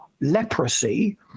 leprosy